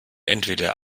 entweder